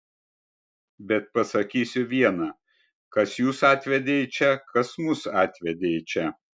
bet pasakysiu viena kas jus atvedė į čia kas mus atvedė į čia